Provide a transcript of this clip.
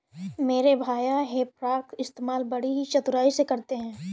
मेरे भैया हे फार्क इस्तेमाल बड़ी ही चतुराई से करते हैं